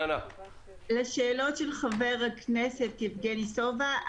לשאלות של חבר הכנסת יבגני סובה,